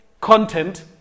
content